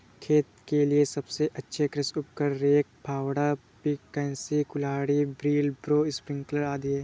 खेत के लिए सबसे अच्छे कृषि उपकरण, रेक, फावड़ा, पिकैक्स, कुल्हाड़ी, व्हीलब्रो, स्प्रिंकलर आदि है